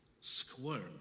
squirm